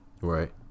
Right